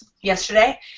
yesterday